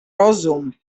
rozum